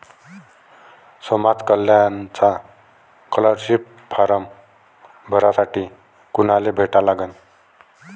समाज कल्याणचा scholarship form भरासाठी कुनाले भेटा लागन?